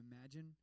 imagine